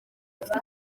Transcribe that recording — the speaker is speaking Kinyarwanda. ufite